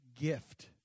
gift